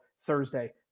Thursday